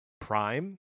prime